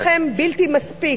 לחם בלתי מספיק,